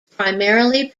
primarily